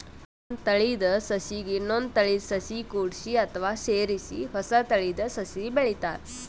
ಒಂದ್ ತಳೀದ ಸಸಿಗ್ ಇನ್ನೊಂದ್ ತಳೀದ ಸಸಿ ಕೂಡ್ಸಿ ಅಥವಾ ಸೇರಿಸಿ ಹೊಸ ತಳೀದ ಸಸಿ ಬೆಳಿತಾರ್